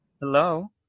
Hello